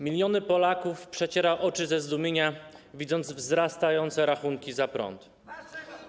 Miliony Polaków przecierają oczy ze zdumienia, widząc wzrastające rachunki za prąd.